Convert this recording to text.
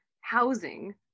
housing